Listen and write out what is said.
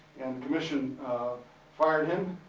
and the commission fired him.